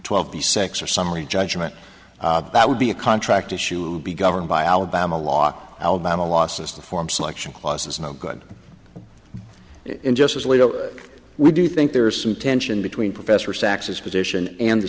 twelve the sex or summary judgment that would be a contract issue be governed by alabama law alabama losses to form selection causes no good in justice alito we do think there is some tension between professor saxes position and the